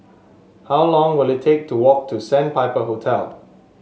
how long will it take to walk to Sandpiper Hotel